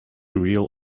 real